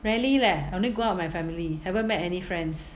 rarely leh I only go out with my family haven't met any friends